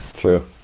True